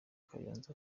kayonza